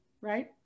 right